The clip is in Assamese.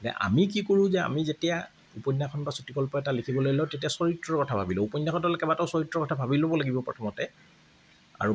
আমি কি কৰোঁ যে আমি যেতিয়া উপন্যাস বা চুটিগল্প এটা লিখিবলৈ লওঁ তেতিয়া চৰিত্ৰৰ কথা ভাবি লওঁ উপন্যাসত হ'লে কেইবাটাও চৰিত্ৰৰ কথা ভাৱি ল'ব লাগিব প্ৰথমতে